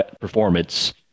performance